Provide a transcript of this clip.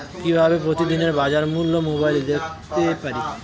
কিভাবে প্রতিদিনের বাজার মূল্য মোবাইলে দেখতে পারি?